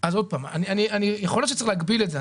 יכול להיות שצריך להגביל את זה,